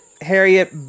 Harriet